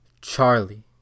Charlie